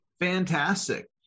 Fantastic